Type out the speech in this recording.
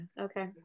Okay